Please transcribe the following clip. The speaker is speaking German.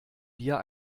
bier